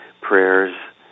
prayers